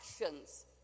actions